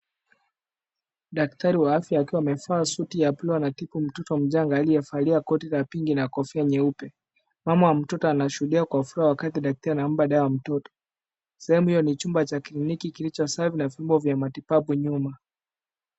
Daktari wa afya akiwa amevaa suti ya buluu anatibu mtoto mchanga aliyevalia koti la pink na kofia nyeupe. Mama wa mtoto anashuhudia kwa furaha wakati daktari anampa dawa mtoto. Sehemu hiyo ni chumba cha kliniki kilichosafi na vyombo vya matibabu nyuma.